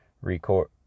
record